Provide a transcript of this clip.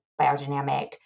biodynamic